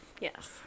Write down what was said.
Yes